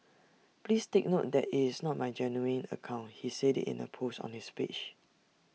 please take note that its not my genuine account he said in A post on his page